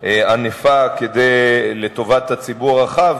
ענפה לטובת הציבור הרחב,